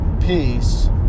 peace